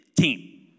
team